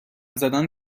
زدن